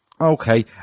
Okay